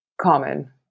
common